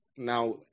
Now